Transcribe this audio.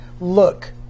look